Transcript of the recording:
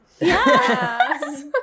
Yes